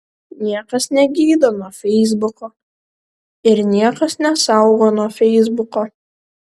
niekas negydo nuo feisbuko ir niekas nesaugo nuo feisbuko